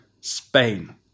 Spain